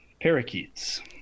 Parakeets